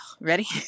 ready